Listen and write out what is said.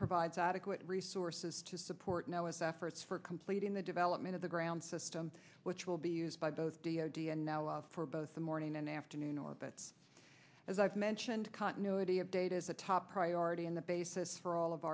provides adequate resources to support now as efforts for completing the development of the ground system which will be used by both d o d and now for both the morning and afternoon orbits as i've mentioned continuity of data as a top priority and the basis for all of